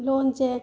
ꯂꯣꯟꯁꯦ